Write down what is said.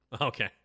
Okay